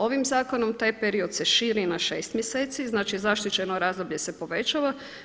Ovim zakonom taj period se širi na 6 mjeseci, znači zaštićeno razdoblje se povećava.